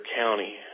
County